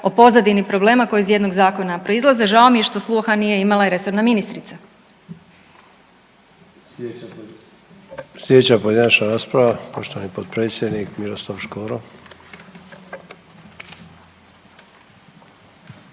o pozadini problema koji iz jednog zakona proizlaze, žao mi je što sluha nije imala i resorna ministrica. **Sanader, Ante (HDZ)** Slijedeća pojedinačna rasprava poštovani potpredsjednik Miroslav Škoro.